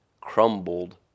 crumbled